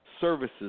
services